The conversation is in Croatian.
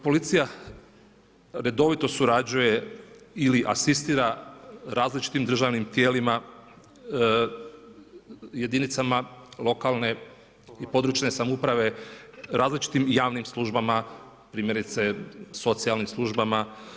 Policija redovito surađuje ili asistira različitim državnim tijelima, jedinicama lokalne i područne samouprave, različitim javnim službama primjerice socijalnim službama.